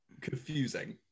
confusing